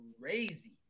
crazy